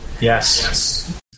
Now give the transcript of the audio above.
Yes